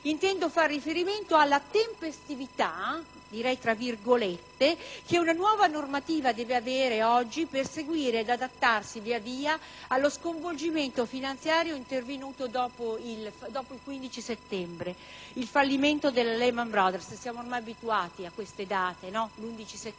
Intendo far riferimento alla tempestività che una nuova normativa deve avere oggi per seguire ed adattarsi via via allo sconvolgimento finanziario intervenuto dopo il 15 settembre, dopo il fallimento della Lehman Brothers. Siamo ormai abituati a queste date: l'11 settembre,